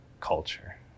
culture